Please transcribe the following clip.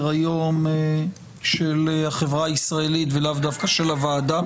היום של החברה הישראלית ולאו דווקא של הוועדה.